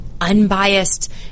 unbiased